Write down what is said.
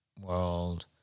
world